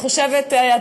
אני חושבת,